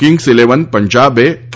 Kings Eleven પંજાબે કે